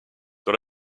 dans